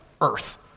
earth